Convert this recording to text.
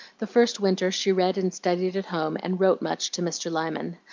the first winter she read and studied at home, and wrote much to mr. lyman.